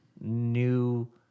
New